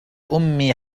أمي